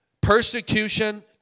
persecution